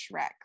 shrek